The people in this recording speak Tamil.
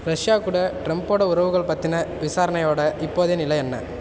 ரஷ்யா கூட ட்ரம்போடய உறவுகள் பற்றின விசாரணையோடய இப்போதைய நிலை என்ன